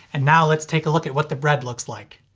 and now let's take a look at what the bread looks like.